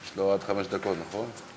יש לו עד חמש דקות, נכון?